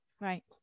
right